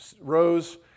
rows